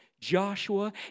Joshua